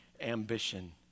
ambition